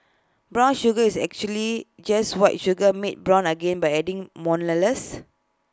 brown sugar is actually just white sugar made brown again by adding molasses